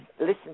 listen